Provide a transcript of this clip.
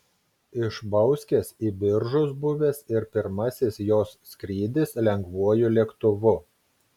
iš bauskės į biržus buvęs ir pirmasis jos skrydis lengvuoju lėktuvu